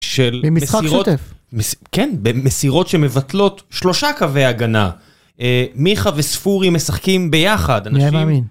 -של מסירות. -במשחק שותף. -כן, במסירות שמבטלות שלושה קווי הגנה. מיכה וספורי משחקים ביחד, אנשים... -מי היה מאמין?